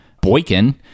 Boykin